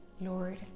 Lord